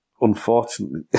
Unfortunately